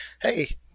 Hey